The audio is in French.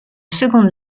seconde